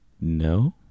No